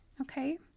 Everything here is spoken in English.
okay